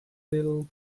little